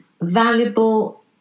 valuable